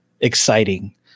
exciting